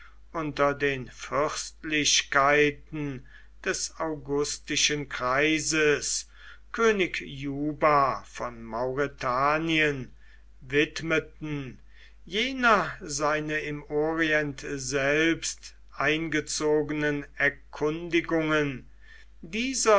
unter den fürstlichkeiten des augustischen kreises könig juba von mauretanien widmeten jener seine im orient selbst eingezogenen erkundigungen